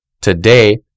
Today